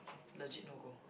legit no go